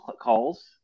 calls